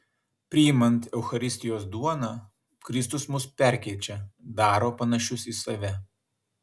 priimant eucharistijos duoną kristus mus perkeičia daro panašius į save